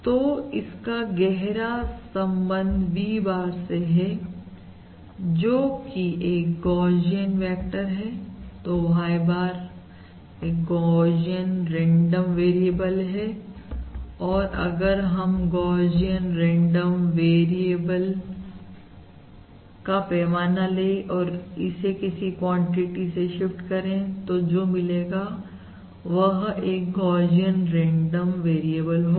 तो इसका गहरा संबंध V bar से है जो कि एक गौशियन वेक्टर हैतो Y bar एक गौशियन रेंडम वेरिएबल है अगर हम गौशियन रेंडम वेरिएबल का पैमाना ले और इसे किसी कांस्टेंट से शिफ्ट करें तो जो मिलेगा वह एक गौशियन रेंडम वेरिएबल होगा